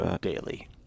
daily